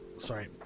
sorry